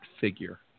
figure